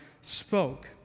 spoke